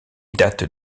dates